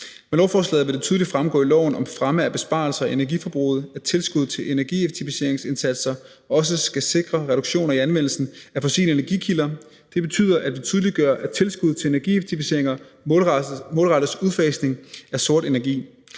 Med lovforslaget vil det tydeligt fremgå af loven om fremme af besparelser i energiforbruget, at tilskuddet til energieffektiveringsindsatser også skal sikre reduktioner i anvendelsen af fossile energikilder. Det betyder, at vi tydeliggør, at tilskud til energieffektiviseringer målrettes udfasning af sort energi.